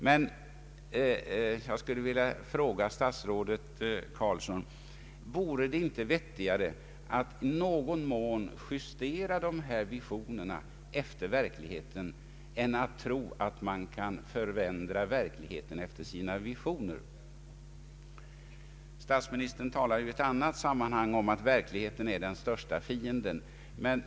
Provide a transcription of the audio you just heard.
Men jag skulle vilja fråga statsrådet Carlsson: Vore det inte vettigare att i någon mån justera dessa visioner efter verkligheten än att tro att man kan förändra verkligheten efter sina visioner? Statsministern har i ett annat sammanhang talat om att verkligheten är den största fienden.